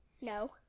No